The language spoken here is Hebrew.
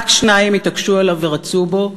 רק שניים התעקשו עליו ורצו בו.